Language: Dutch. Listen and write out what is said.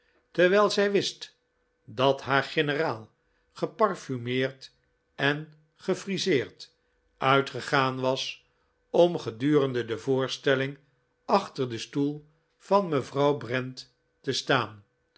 terwijl zij wist dat haar generaal geparfumeerd en gefriseerd uitgegaan was om gedurende de voorstelling achter den stoel van mevrouw brent te staan